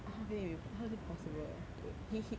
how can he be how is it possible to he he